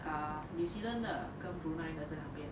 err new zealand 的跟 brunei 的在那边